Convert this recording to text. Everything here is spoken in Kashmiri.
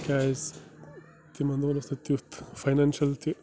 کیٛازِ تِمَن دۄہَن اوس نہٕ تیُتھ فاینینشَل تہِ